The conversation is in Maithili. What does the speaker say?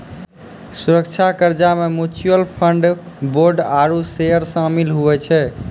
सुरक्षित कर्जा मे म्यूच्यूअल फंड, बोंड आरू सेयर सामिल हुवै छै